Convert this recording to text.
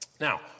Now